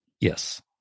Yes